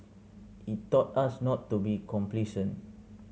it taught us not to be complacent